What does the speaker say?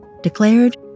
declared